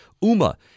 UMA